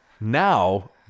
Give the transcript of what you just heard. now